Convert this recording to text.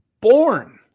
born